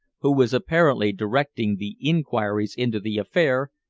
who was apparently directing the inquiries into the affair,